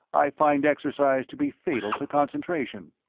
i find exercise to be fatal to concentration.